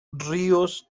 ríos